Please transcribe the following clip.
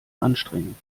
anstrengend